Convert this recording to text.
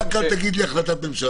רק אל תגיד לי עכשיו החלטת ממשלה.